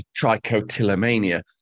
trichotillomania